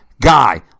guy